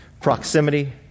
Proximity